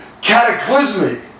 cataclysmic